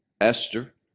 Esther